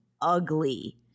ugly